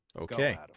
Okay